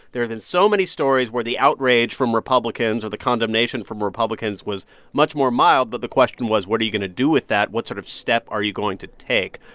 there have been so many stories where the outrage from republicans or the condemnation from republicans was much more mild. but the question was, what are you going to do with that? what sort of step are you going to take?